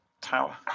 tower